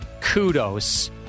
kudos